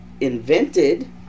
invented